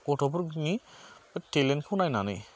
गथ'फोरनि टेलेन्ट खौ नायनानै